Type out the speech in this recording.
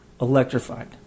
electrified